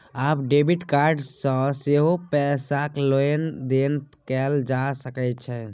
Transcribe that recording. आब debit card सँ सेहो पैसाक लेन देन कैल जा सकैत छै